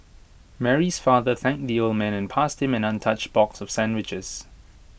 Mary's father thanked the old man and passed him an untouched box of sandwiches